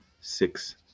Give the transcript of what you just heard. six